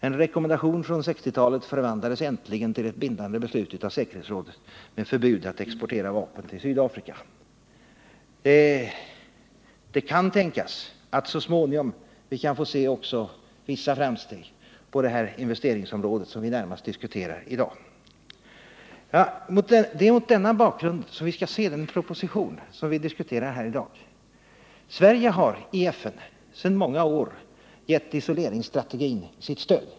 En rekommendation från 1960-talet förvandlades för inte så länge sedan till ett bindande beslut av säkerhetsrådet om förbud att exportera vapen till Sydafrika. Det kan tänkas att vi så småningom kan få se också vissa beslut på investeringsområdet, som vi närmast diskuterar i dag. Det är mot denna bakgrund vi skall se den proposition som vi debatterar här i dag. Sverige har i FN sedan många år gett isoleringsstrategin sitt stöd.